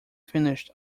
finished